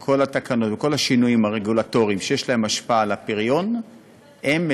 וכל התקנות וכל השינויים הרגולטוריים שיש להם השפעה על הפריון מתואמים